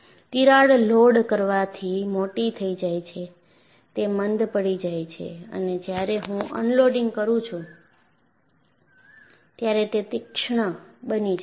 તિરાડ લોડ કરવાથી મોટી થઈ જાય છે તે મંદ પડી જાય છે અને જ્યારે હું અનલોડિંગ કરું છું ત્યારે તે તીક્ષ્ણ બની જાય છે